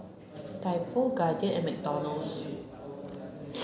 Typo Guardian and McDonald's